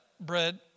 bread